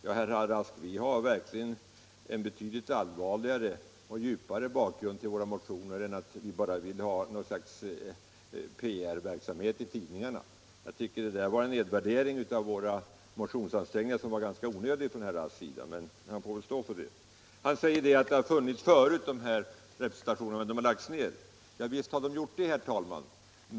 Ja, herr Rask, vi har verkligen en betydligt allvarligare och djupare bakgrund till våra — Nr 84 motioner än att bara skaffa oss PR i tidningarna. Jag tycker att detta var en ganska onödig nedvärdering av våra motionsansträngningar, men herr Rask får ju själv stå för detta uttalande. kapris kn RE Herr Rask säger att sådana här representationer funnits tidigare men = Sveriges exportråd, lagts ner. Ja, visst har så skett, herr talman.